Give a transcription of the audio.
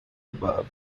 above